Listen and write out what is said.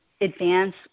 advance